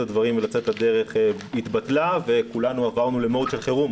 הדברים ולצאת לדרך התבטלה וכולנו עברנו למוד של חירום.